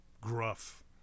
gruff